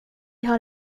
har